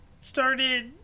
started